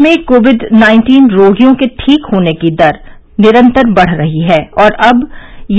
देश में COVID nineteen रोगियों के ठीक होने की दर निरंतर बढ़ रही है और अब